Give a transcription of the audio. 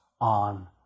on